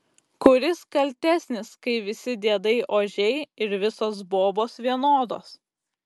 kuris kaltesnis kai visi diedai ožiai ir visos bobos vienodos